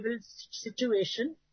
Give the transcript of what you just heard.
situation